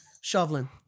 shoveling